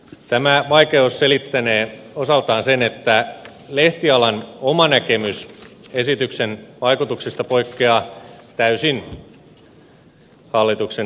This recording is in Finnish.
tämä vaikeus selittänee osaltaan sen että lehtialan oma näkemys esityksen vaikutuksista poikkeaa täysin hallituksen esityksestä